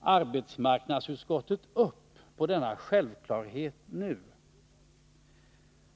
arbetsmarknadsutskottet upp på denna självklarhet nu?